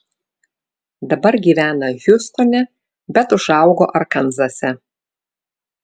dabar gyvena hjustone bet užaugo arkanzase